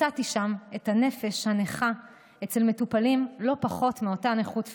מצאתי שם את הנפש הנכה אצל מטופלים לא פחות מאותה נכות פיזית,